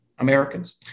Americans